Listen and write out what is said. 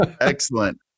Excellent